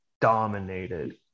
dominated